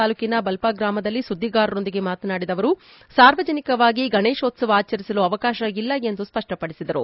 ತಾಲೂಕಿನ ಬಲ್ಪ ಗ್ರಾಮದಲ್ಲಿ ಸುದ್ದಿಗಾರರೊಂದಿಗೆ ಮಾತನಾಡಿದ ಅವರು ಸಾರ್ವಜನಿಕವಾಗಿ ಗಣೇಶೋತ್ಸವ ಆಚರಿಸಲು ಅವಕಾಶ ಇಲ್ಲ ಎಂದು ಸ್ವಷ್ವಪಡಿಸಿದರು